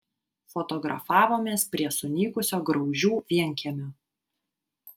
fotografavomės prie sunykusio graužių vienkiemio